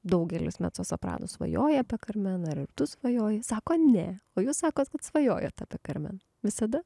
daugelis mecosopranų svajoja apie karmen ar ir tu svajoji sako ne o jūs sakot kad svajojat apie karmen visada